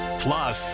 plus